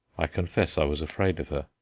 i confess i was afraid of her.